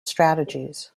strategies